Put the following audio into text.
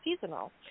seasonal